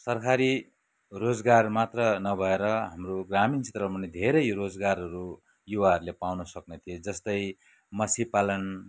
सरकारी रोजगार मात्र नभएर हाम्रो ग्रामीण क्षेत्रमा नि धेरै रोजगारहरू युवाहरूले पाउन सक्नेथिए जस्तै मछी पालन